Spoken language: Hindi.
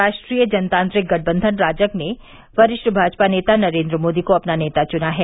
राष्ट्रीय जनतांत्रिक गठबंधन राजग ने वरिष्ठ भाजपा नेता नरेन्द्र मोदी को अपना नेता चुना है